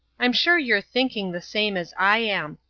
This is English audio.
i'm sure you're thinking the same as i am,